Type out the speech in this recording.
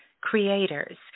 creators